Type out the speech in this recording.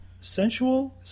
sensual